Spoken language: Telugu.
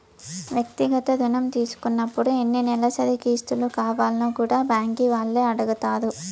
వ్యక్తిగత రుణం తీసుకున్నపుడు ఎన్ని నెలసరి కిస్తులు కావాల్నో కూడా బ్యాంకీ వాల్లే అడగతారు